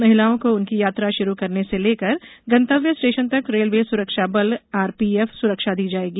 महिलाओं को उनकी यात्रा शुरू करने से लेकर गंतव्य स्टेशन तक रेलवे सुरक्षा बल आरपीएफ सुरक्षा दी जाएगी